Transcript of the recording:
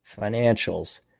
Financials